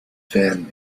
fan